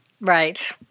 Right